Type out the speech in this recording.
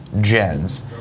gens